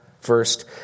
First